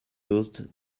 used